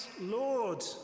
Lord